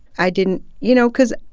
i didn't you know, cause,